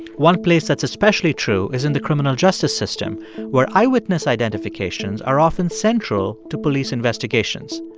one place that's especially true is in the criminal justice system where eyewitness identifications are often central to police investigations.